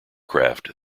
craft